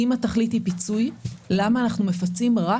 אם התכלית היא פיצוי למה אנחנו מפצים רק